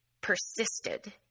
persisted